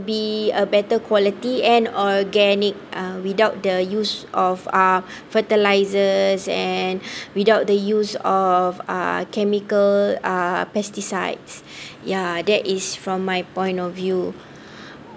be a better quality and organic uh without the use of uh fertilisers and without the use of uh chemical uh pesticides ya that is from my point of view